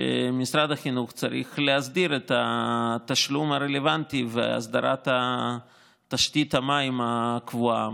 משרד החינוך צריך להסדיר את התשלום הרלוונטי והסדרת תשתית מים קבועה,